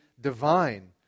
divine